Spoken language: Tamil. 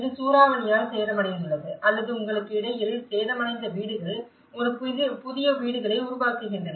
இது சூறாவளியால் சேதமடைந்துள்ளது அல்லது உங்களுக்கு இடையில் சேதமடைந்த வீடுகள் ஒரு புதிய வீடுகளை உருவாக்குகின்றன